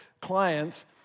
clients